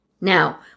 Now